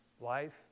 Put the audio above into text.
life